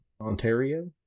Ontario